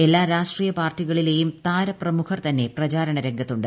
എല്ലാ രാഷ്ട്രീയ പാർട്ടികളിലേയും താരപ്രമുഖർ തന്നെ പ്രചാരണ രംഗത്തുണ്ട്